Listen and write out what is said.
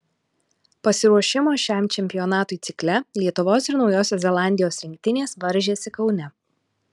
pasiruošimo šiam čempionatui cikle lietuvos ir naujosios zelandijos rinktinės varžėsi kaune